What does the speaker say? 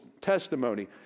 testimony